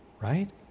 right